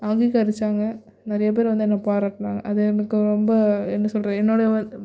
அங்கீகரிச்சாங்க நிறைய பேர் வந்து என்ன பாராட்டினாங்க அது எனக்கு ரொம்ப என்ன சொல்லுறது என்னோடைய